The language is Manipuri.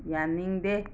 ꯌꯥꯅꯤꯡꯗꯦ